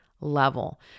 level